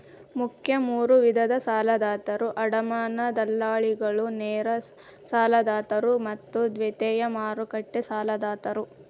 ಮುಖ್ಯ ಮೂರು ವಿಧದ ಸಾಲದಾತರು ಅಡಮಾನ ದಲ್ಲಾಳಿಗಳು, ನೇರ ಸಾಲದಾತರು ಮತ್ತು ದ್ವಿತೇಯ ಮಾರುಕಟ್ಟೆ ಸಾಲದಾತರು